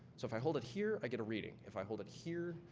so if i hold it here, i get a reading. if i hold it here,